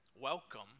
welcome